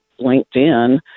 LinkedIn